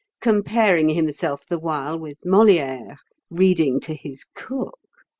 comparing himself the while with moliere reading to his cook.